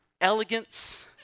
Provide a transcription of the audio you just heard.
elegance